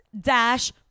Dash